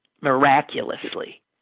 miraculously